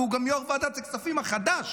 והוא גם יו"ר ועדת הכספים החדש,